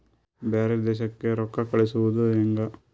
ಬ್ಯಾರೆ ದೇಶಕ್ಕೆ ರೊಕ್ಕ ಕಳಿಸುವುದು ಹ್ಯಾಂಗ?